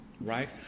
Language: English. right